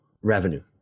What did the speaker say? revenue